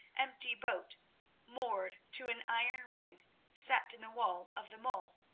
empty boat moored to an iron ring set in the wall of the mole.